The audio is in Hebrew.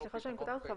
סליחה שאני קוטעת אותך,